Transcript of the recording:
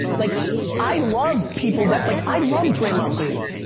like i love people that, like i love draymond green.